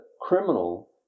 criminal